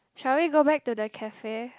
shall we go back to the cafe